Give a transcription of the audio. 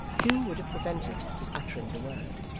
hugh would have prevented his uttering the word,